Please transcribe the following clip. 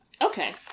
Okay